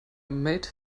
made